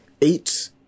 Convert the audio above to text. eight